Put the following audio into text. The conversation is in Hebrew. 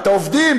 את העובדים,